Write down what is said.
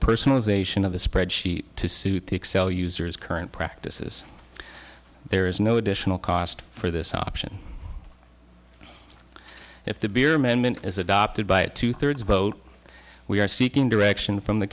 personalization of a spreadsheet to suit the excel users current practices there is no additional cost for this option if the beer amendment is adopted by a two thirds vote we are seeking direction from the